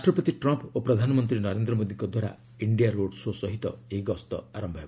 ରାଷ୍ଟ୍ରପତି ଟ୍ରମ୍ପ୍ ଓ ପ୍ରଧାନମନ୍ତ୍ରୀ ନରେନ୍ଦ୍ର ମୋଦୀଙ୍କ ଦ୍ୱାରା ଇଣ୍ଡିଆ ରୋଡ୍ ଶୋ' ସହିତ ଏହି ଗସ୍ତ ଆରମ୍ଭ ହେବ